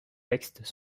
textes